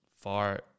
far